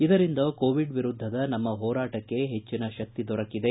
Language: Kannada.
ಇದರಿಂದ ಕೋವಿಡ್ ವಿರುದ್ದದ ನಮ್ಮ ಹೋರಾಟಕ್ಕೆ ಹೆಚ್ಚಿನ ಶಕ್ತಿ ದೊರಕಿದೆ